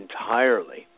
entirely